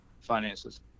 finances